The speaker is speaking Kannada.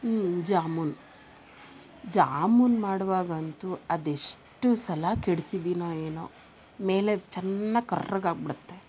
ಜಾಮೂನ್ ಜಾಮೂನ್ ಮಾಡ್ವಾಗ ಅಂತು ಅದೆಷ್ಟು ಸಲ ಕೆಡ್ಸಿದಿನೋ ಏನೋ ಮೇಲೆ ಚೆನ್ನಾಗಿ ಕರ್ರುಗೆ ಆಗ್ಬಿಡತ್ತೆ